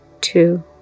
two